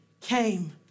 came